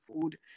food